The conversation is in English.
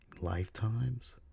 Lifetimes